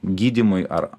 gydymui ar